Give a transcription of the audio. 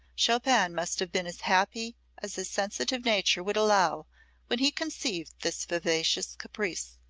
chopin must have been as happy as his sensitive nature would allow when he conceived this vivacious caprice.